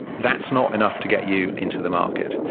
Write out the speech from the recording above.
that's not enough to get you into the market.